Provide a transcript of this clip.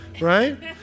Right